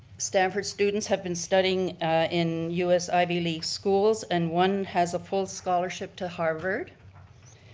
stamford students have been studying in us ivy league schools and one has a full scholarship to harvard.